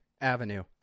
avenue